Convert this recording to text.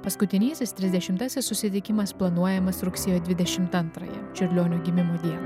paskutinysis trisdešimtasis susitikimas planuojamas rugsėjo dvidešimt antrąją čiurlionio gimimo dieną